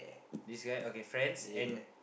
this guy okay friends and